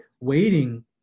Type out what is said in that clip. waiting